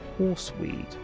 Horseweed